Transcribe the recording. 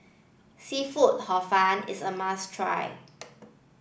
seafood hor fun is a must try